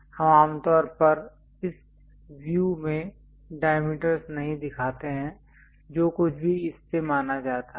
हम आम तौर पर इस व्यू में डायमीटरस् नहीं दिखाते हैं जो कुछ भी इस से माना जाता है